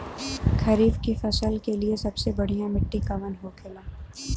खरीफ की फसल के लिए सबसे बढ़ियां मिट्टी कवन होखेला?